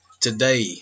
today